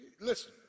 Listen